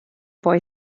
boy